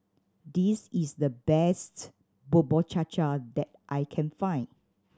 this is the best Bubur Cha Cha that I can find